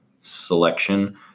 selection